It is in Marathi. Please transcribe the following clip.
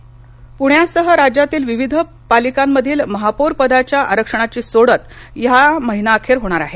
महापौर पुण्यासह राज्यातील विविध पालिकांमधील महापौरपदाच्या आरक्षणाची सोडत या महिना अखेर पर्यंत होणार आहे